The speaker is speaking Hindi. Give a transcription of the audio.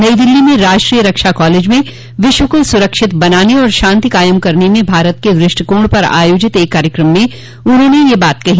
नई दिल्ली में राष्ट्रीय रक्षा कॉलेज में विश्व को सुरक्षित बनाने और शांति कायम करने में भारत के दृष्टिकोण पर आयोजित एक कार्यक्रम में उन्होंने यह बात कही